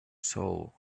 soul